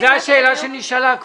זו השאלה שנשאלה כבר.